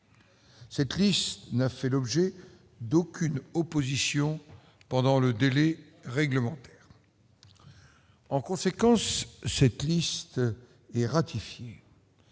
Cette liste n'a fait l'objet d'aucune opposition pendant le délai réglementaire. En conséquence, cette liste est ratifiée